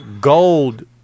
gold